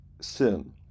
sin